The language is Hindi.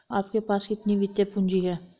आपके पास कितनी वित्तीय पूँजी है?